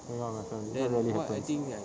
going out with my family that rarely happens